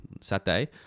Saturday